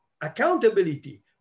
accountability